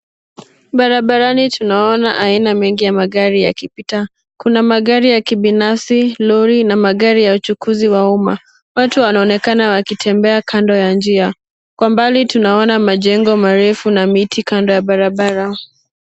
Barabarani tunaona aina mengi ya magari mingi yakipita .Kuna gari ya kipinafsi, lori na magari ya utukisi ya uma watu wanaonekana wakitembea kando ya njia .Kwa mbali tunaona machengo marefu na miti kando ya barabara.